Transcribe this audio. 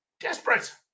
desperate